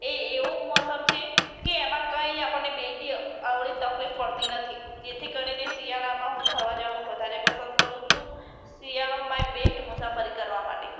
એ એવો મોસમ છે કે એમાં કંઈ આપણને બેગીય અવળી તકલીફ પળતી નથી જેથી કરીને હું શિયાળામાં ફરવા જવાનું વધારે પસંદ કરું છું શિયાળો માય બેસ્ટ મુસાફરી કરવા માટે